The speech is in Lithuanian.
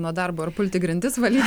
nuo darbo ar pulti grindis valyt